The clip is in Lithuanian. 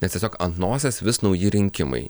nes tiesiog ant nosies vis nauji rinkimai